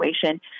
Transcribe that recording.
situation